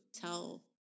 tell